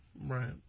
Right